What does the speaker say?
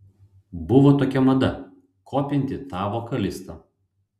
buvo tokia mada kopinti tą vokalistą